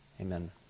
Amen